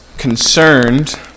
concerned